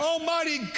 Almighty